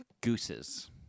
Gooses